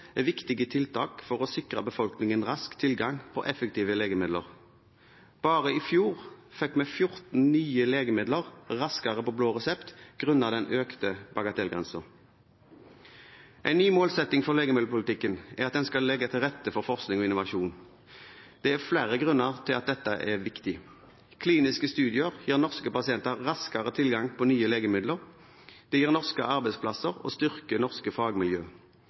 viktige tiltak for å sikre befolkningen rask tilgang på effektive legemidler. Bare i fjor fikk vi 14 nye legemidler raskere på blå resept grunnet den økte bagatellgrensen. En ny målsetting for legemiddelpolitikken er at den skal legge til rette for forskning og innovasjon. Det er flere grunner til at dette er viktig. Kliniske studier gir norske pasienter raskere tilgang på nye legemidler, det gir norske arbeidsplasser og styrker norske fagmiljø.